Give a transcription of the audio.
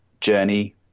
journey